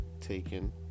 taken